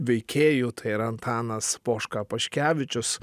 veikėjų tai yra antanas poška paškevičius